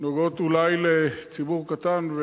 נוגעות אולי לציבור קטן.